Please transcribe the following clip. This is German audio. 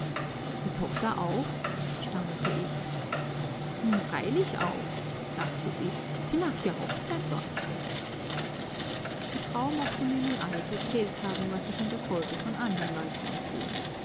die tochter auch stammelte ich nun freilich auch sagte sie sie macht ja hochzeit dort die frau mochte mir nun alles erzählt haben was ich in der folge von andern leuten erfuhr